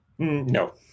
No